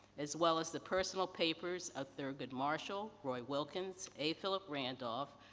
as well as the personal papers of thurgood marshall, roy wilkins, a philip randolph,